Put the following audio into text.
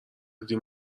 دیدی